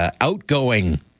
outgoing